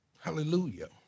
hallelujah